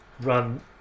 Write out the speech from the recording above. run